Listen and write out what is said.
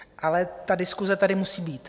Ale ta diskuse tady musí být!